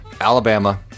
Alabama